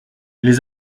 les